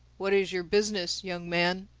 what is your business, young man?